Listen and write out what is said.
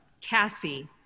Cassie